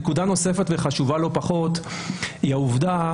נקודה נוספת וחשובה לא פחות היא העובדה